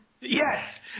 Yes